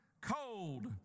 cold